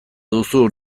duzu